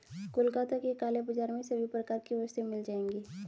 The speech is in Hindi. कोलकाता के काला बाजार में सभी प्रकार की वस्तुएं मिल जाएगी